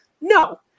No